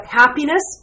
happiness